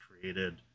created